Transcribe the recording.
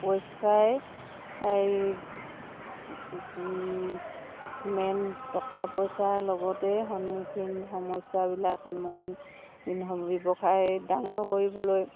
পইচাই এই মেইন টকা পইচাৰ লগতেই সন্মুখীন সমস্যাবিলাক সন্মুখীন হয় ব্যৱসায় ডাঙৰ কৰিবলৈ